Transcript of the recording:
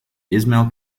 ismail